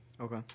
Okay